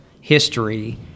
history